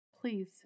Please